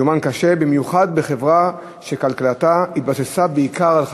קיומן קשה במיוחד בחברה שכלכלתה התבססה בעיקר על חקלאות.